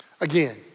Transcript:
Again